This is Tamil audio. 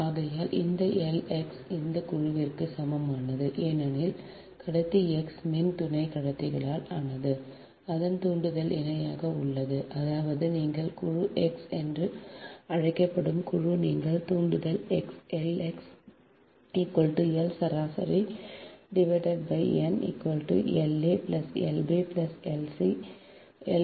ஆகையால் இந்த L X அந்த குழுவிற்கு சமமானது ஏனெனில் கடத்தி X மின் துணை கடத்திகளால் ஆனது அதன் தூண்டல் இணையாக உள்ளது அதாவது நீங்கள் குழு X என்று அழைக்கப்படும் குழு நீங்கள் தூண்டல் L X L சராசரி n L a L b L c